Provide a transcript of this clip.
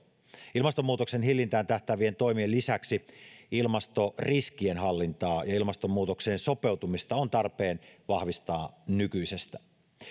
ilmastonmuutoksen hillintään tähtäävien toimien lisäksi ilmastoriskien hallintaa ja ilmastonmuutokseen sopeutumista on tarpeen vahvistaa nykyisestä